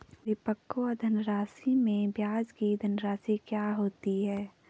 परिपक्व धनराशि में ब्याज की धनराशि क्या होती है?